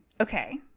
Okay